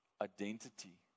identity